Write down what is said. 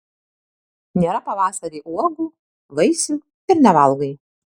nėra pavasarį uogų vaisių ir nevalgai